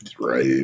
right